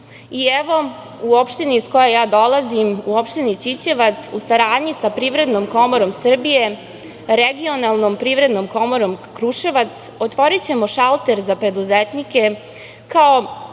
i, evo, u opštini iz koje ja dolazim, u opštini Ćićevac, u saradnji sa Privrednom komorom Srbije, Regionalnom privrednom komorom Kruševac, otvorićemo šalter za preduzetnike kao